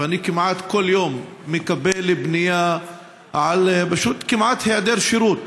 ואני כמעט כל יום מקבל פנייה על כמעט היעדר שירות,